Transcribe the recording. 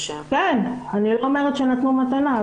כן, אני לא אומרת שנתנו מתנה.